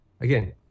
again